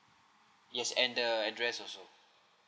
yes and the address also